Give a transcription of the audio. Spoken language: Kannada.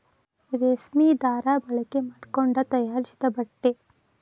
ರೇಶ್ಮಿ ದಾರಾ ಬಳಕೆ ಮಾಡಕೊಂಡ ತಯಾರಿಸಿದ ಬಟ್ಟೆ